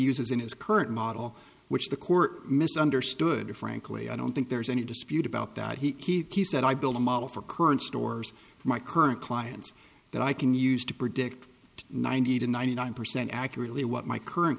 uses in his current model which the court misunderstood or frankly i don't think there's any dispute about that he said i build a model for current stores for my current clients that i can use to predict ninety to ninety nine percent accurately what my current